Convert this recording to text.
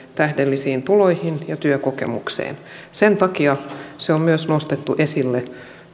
tähdellisiin tuloihin ja työkokemukseen sen takia se on myös nostettu esille